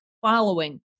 following